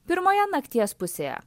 pirmoje nakties pusėje